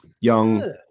Young